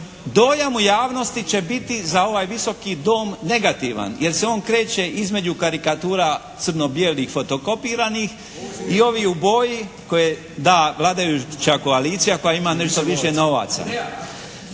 dojam u javnosti će biti za ovaj Visoki dom negativan. Jer se on kreće između karikatura crno bijelih fotokopiranih i ovih u boji, da, vladajuća koalicija koja ima nešto više novaca.